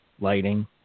lighting